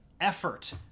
effort